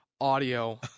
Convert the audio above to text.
audio